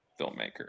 filmmaker